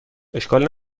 اشکال